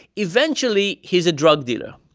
eventually, he's a drug dealer.